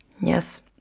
Yes